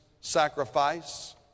sacrifice